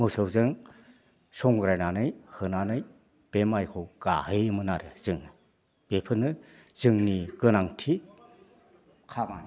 मोसौजों संग्रायनानै होनानै बे माइखौ गाहैयोमोन आरो जोङो बेफोरनो जोंनि गोनांथि खामानि